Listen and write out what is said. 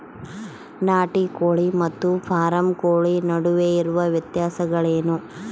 ನಾಟಿ ಕೋಳಿ ಮತ್ತು ಫಾರಂ ಕೋಳಿ ನಡುವೆ ಇರುವ ವ್ಯತ್ಯಾಸಗಳೇನು?